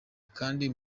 kandi